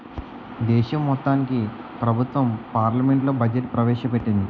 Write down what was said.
దేశం మొత్తానికి ప్రభుత్వం పార్లమెంట్లో బడ్జెట్ ప్రవేశ పెట్టింది